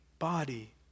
body